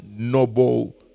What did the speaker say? noble